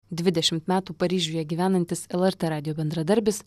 dvidešimt metų paryžiuje gyvenantis lrt radijo bendradarbis